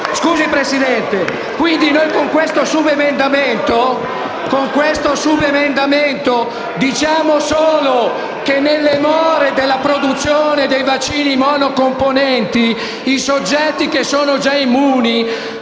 Presidente. Con questo subemendamento diciamo solo che, nelle more della produzione dei vaccini monocomponente, i soggetti che sono già immuni